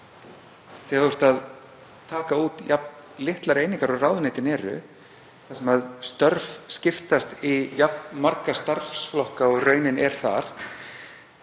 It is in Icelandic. þegar teknar eru út jafn litlar einingar og ráðuneytin eru, þar sem störf skiptast í jafn marga starfsflokka og raunin er þar,